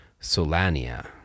Solania